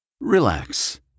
Relax